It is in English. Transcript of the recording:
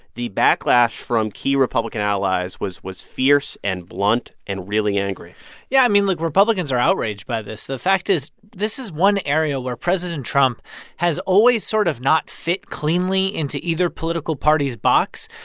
the backlash from key republican allies was was fierce and blunt and really angry yeah. i mean, look republicans are outraged by this. the fact is, this is one area where president trump has always sort of not fit cleanly into either political party's box.